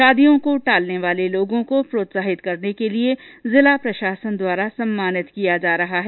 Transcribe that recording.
शादियों को टालने वाले लोगों को प्रोत्साहित करने के लिए जिला प्रशासन द्वारा सम्मानित किया जा रहा है